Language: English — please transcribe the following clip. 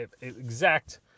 exact